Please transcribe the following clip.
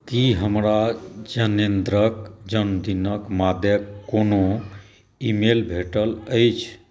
कि हमरा जैनेन्द्रके जनमदिनके मादे कोनो ईमेल भेटल अछि